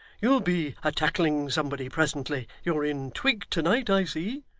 you'll be a tackling somebody presently. you're in twig to-night, i see